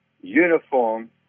uniform